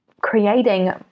creating